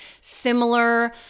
similar